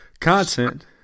Content